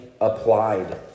applied